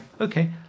Okay